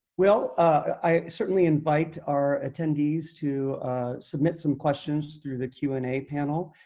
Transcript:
well, i certainly invite our attendees to submit some questions through the q and a panel.